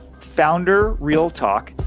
founderrealtalk